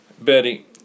Betty